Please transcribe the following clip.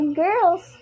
girls